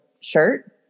shirt